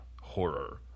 horror